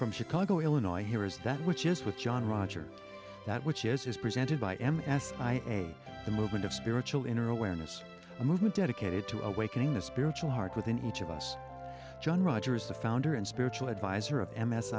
from chicago illinois here is that which is with john roger that which is presented by m s i the movement of spiritual inner awareness a movement dedicated to awakening the spiritual heart within each of us john rogers the founder and spiritual advisor of m